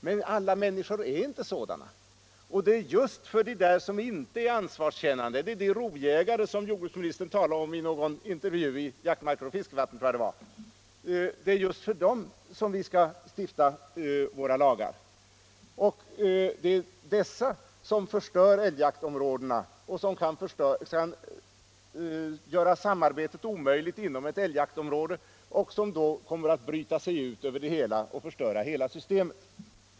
Men alla människor är inte sådana, och det är just för dem som inte är ansvarskännande — de rovjägare som jordbruksministern talade om i en intervju, i Jaktmarker och Fiskevatten tror jag det var — som vi skall stifta lagar. Det är dessa som förstör älgjaktområdena och som kan göra samarbetet omöjligt. Det är dessa som kommer att bryta ut och förstöra hela systemet.